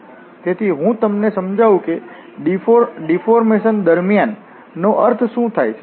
તેથી હું તમને સમજાવું કે ડિફોર્મેશન દરમિયાન નો અર્થ શું થાય છે